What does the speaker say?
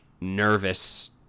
nervous